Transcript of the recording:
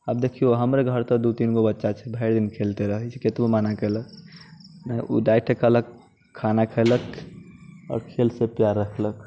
अब देखियो हमरे घर दू तीन गो बच्चा छै भरि दिन खेलते रहै छै कतबो मना केलक ओ दाइके कहलक खाना खैलक आओर खेलसँ प्यार रखलक